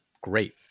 great